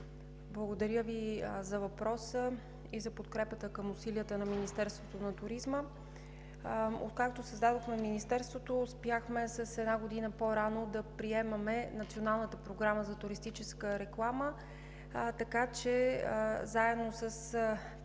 благодаря Ви за въпроса и за подкрепата към усилията на Министерството на туризма. Откакто създадохме Министерството, успяхме с една година по-рано да приемем Националната програма за туристическа реклама, така че заедно с